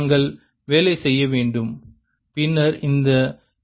நாங்கள் வேலை செய்ய வேண்டும் பின்னர் இந்த ஈ